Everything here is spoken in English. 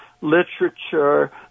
literature